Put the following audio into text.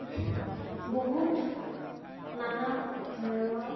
বহুত নানা ধৰণৰ